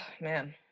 man